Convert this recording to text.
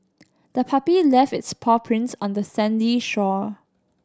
the puppy left its paw prints on the sandy shore